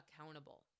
accountable